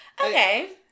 Okay